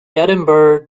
edinburgh